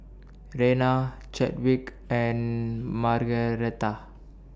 Rena Chadwick and Margaretha